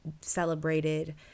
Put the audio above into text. celebrated